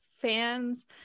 fans